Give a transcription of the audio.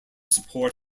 support